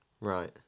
Right